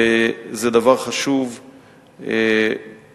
וזה דבר חשוב לנו.